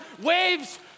Waves